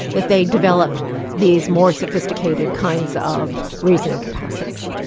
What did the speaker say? that they developed these more sophisticated kinds of reasoning capacities.